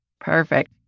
Perfect